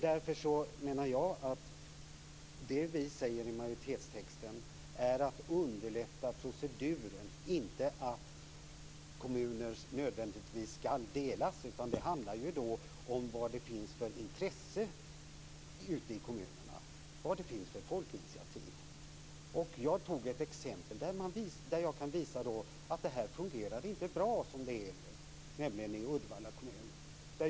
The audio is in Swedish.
Det som vi syftar till med majoritetstexten är att underlätta proceduren, inte att kommuner nödvändigtvis skall delas. Det handlar om vilket intresse som finns och vilka folkinitiativ som tas ute i kommunerna. Jag gav ett exempel, Uddevalla kommun, som visar att det inte fungerar bra som det är nu.